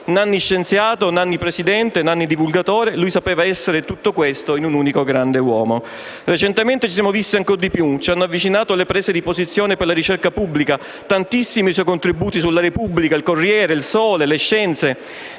Nanni scienziato, Nanni presidente, Nanni divulgatore: sapeva essere tutto questo in unico grande uomo. Recentemente ci siamo visti ancor di più: ci hanno avvicinato le prese di posizione per la ricerca pubblica, i suoi tantissimi contributi su «la Repubblica», il «Corriere della Sera»,